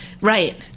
Right